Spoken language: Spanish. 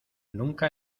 nunca